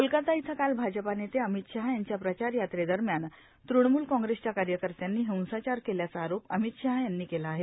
कोलकाता इथं काल भाजपा नेते अमित शहा यांच्या प्रचारयात्रे दरम्यान तृणमूल कांग्रेसच्या कार्यकर्त्यांनी हिंसाचार केल्याचा आरोप अमित शहा यांनी केला आहे